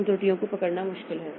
उन त्रुटियों को पकड़ना मुश्किल है